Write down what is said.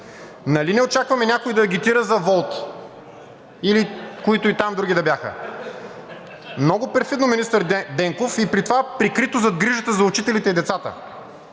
Нали не очакваме някой да агитира за „Волт“, или които и там други да бяха?! (Смях.) Много перфидно, министър Денков, и при това прикрито зад грижата за учителите и децата.